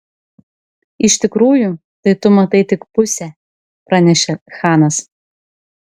iš tikrųjų tai tu matai tik pusę pranešė chanas